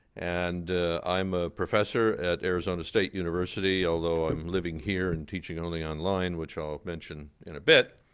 and i'm a professor at arizona state university, although i'm living here and teaching only online, which i'll mention in a bit.